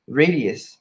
radius